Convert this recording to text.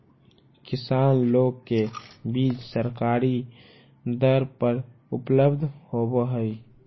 किसान लोग के बीज सरकारी दर पर उपलब्ध होवऽ हई